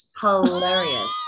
hilarious